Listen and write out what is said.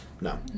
No